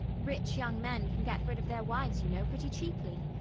rich young men can get rid of their wives, you know, pretty cheaply.